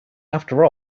after